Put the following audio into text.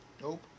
Nope